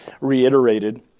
reiterated